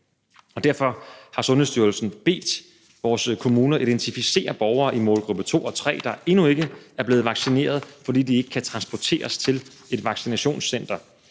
Derfor har Sundhedsstyrelsen bedt vores kommuner om at identificere borgere i målgruppe 2 og 3, der endnu ikke er blevet vaccineret, fordi de ikke kan transporteres til et vaccinationscenter.